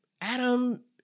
Adam